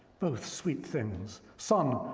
both sweet things. sun,